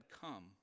come